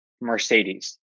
mercedes